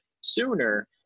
sooner